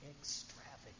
extravagant